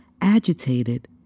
agitated